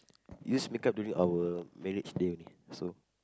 use makeup during our marriage day only so